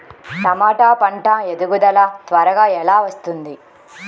టమాట పంట ఎదుగుదల త్వరగా ఎలా వస్తుంది?